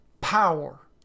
power